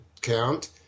count